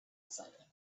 exciting